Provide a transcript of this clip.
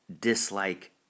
dislike